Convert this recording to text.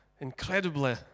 incredibly